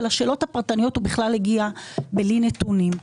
ולשאלות הפרטניות הוא בכלל הגיע בלי נתונים.